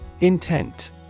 Intent